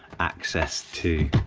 access to